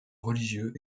religieux